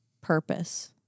purpose